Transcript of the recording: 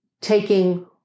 taking